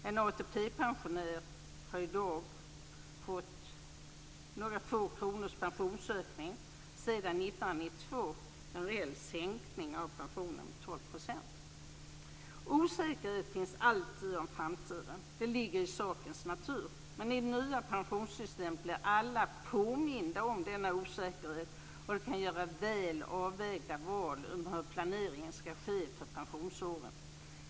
En ATP-pensionär har i dag fått några få kronors pensionsökning sedan 1992, en reell sänkning på 12 %. Osäkerhet finns alltid om framtiden. Det ligger i sakens natur. Men i det nya pensionssystemet blir alla påminda om denna osäkerhet och kan göra väl avvägda val om hur planeringen skall ske för pensionsåren.